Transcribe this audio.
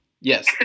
Yes